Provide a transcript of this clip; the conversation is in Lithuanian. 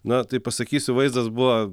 na tai pasakysiu vaizdas buvo